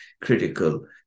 critical